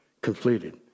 completed